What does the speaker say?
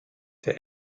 der